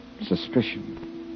Suspicion